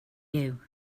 you